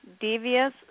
devious